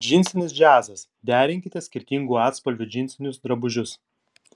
džinsinis džiazas derinkite skirtingų atspalvių džinsinius drabužius